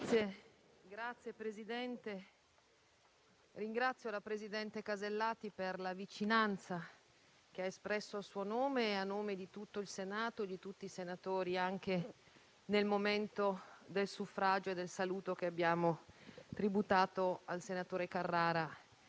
*(FIBP-UDC)*. Ringrazio la presidente Casellati per la vicinanza che ha espresso a suo nome e a nome di tutto il Senato e di tutti i senatori, anche nel momento del suffragio e del saluto che abbiamo tributato al senatore Carrara